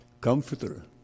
Comforter